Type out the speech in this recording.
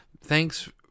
thanks